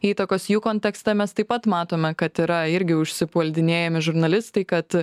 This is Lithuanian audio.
įtakos jų kontekste mes taip pat matome kad yra irgi užsipuldinėjami žurnalistai kad